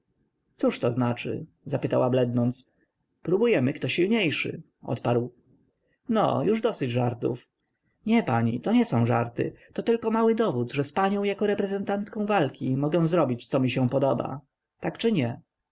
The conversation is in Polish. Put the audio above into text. swojej cóżto znaczy zapytała blednąc próbujemy kto silniejszy odparł no już dosyć żartów nie pani to nie są żarty to tylko mały dowód że z panią jako reprezentantką walki mogę zrobić co mi się podoba tak czy nie